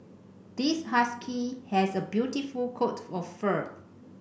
this husky has a beautiful coat of fur